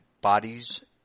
bodies